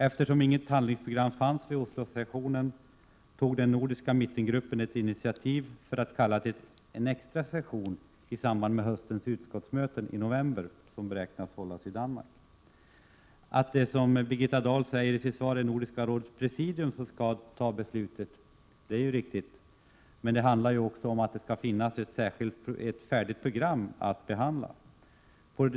Eftersom inget handlingsprogram fanns vid Oslosessionen, tog den nordiska mittengruppen ett initiativ för att kalla till en extra session i samband med höstens utskottsmöten i november som man räknar med att hålla i Danmark. Att det, som Birgitta Dahl säger i sitt svar, är Nordiska rådets presidium som skall fatta beslutet är riktigt. Men det handlar också om att det skall finnas ett färdigt program att behandla.